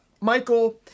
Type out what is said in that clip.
Michael